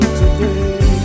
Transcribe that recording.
today